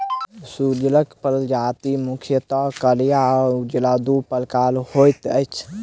सुगरक प्रजाति मुख्यतः करिया आ उजरा, दू प्रकारक होइत अछि